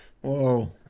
Whoa